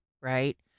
right